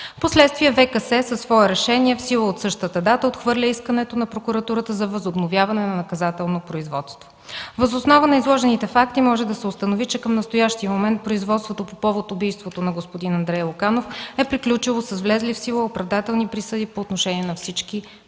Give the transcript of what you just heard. Впоследствие ВКС със свое решение, в сила от същата дата, отхвърля искането на прокуратурата за възобновяване на наказателно производство. Въз основа на изложените факти може да се установи, че към настоящия момент производството по повод убийството на господин Андрей Луканов е приключило с влезли в сила оправдателни присъди по отношение на всички подсъдими